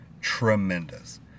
Tremendous